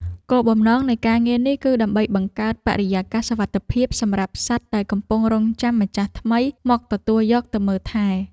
គោលបំណងនៃការងារនេះគឺដើម្បីបង្កើតបរិយាកាសសុវត្ថិភាពសម្រាប់សត្វដែលកំពុងរង់ចាំម្ចាស់ថ្មីមកទទួលយកទៅមើលថែ។